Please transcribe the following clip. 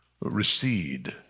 recede